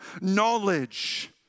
knowledge